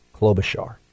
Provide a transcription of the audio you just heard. Klobuchar